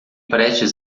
prestes